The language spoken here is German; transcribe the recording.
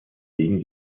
gegen